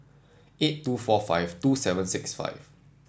eight two four five two seven six five